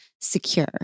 secure